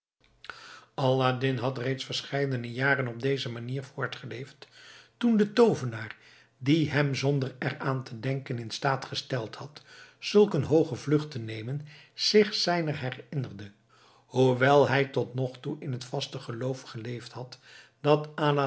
aladdin had reeds verscheidene jaren op deze manier voortgeleefd toen de toovenaar die hem zonder eraan te denken in staat gesteld had zulk een hooge vlucht te nemen zich zijner herinnerde hoewel hij tot nog toe in het vaste geloof geleefd had dat